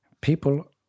people